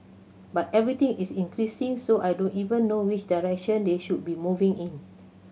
but everything is increasing so I don't even know which direction they should be moving in